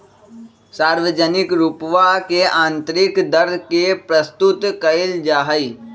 सार्वजनिक रूपवा से आन्तरिक दर के प्रस्तुत कइल जाहई